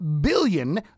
billion